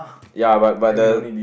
ya but but the